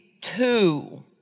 two